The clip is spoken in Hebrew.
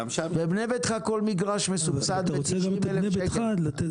בבנה ביתך כל מגרש מסובסד ב-90 אלף שקל.